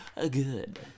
good